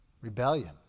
rebellion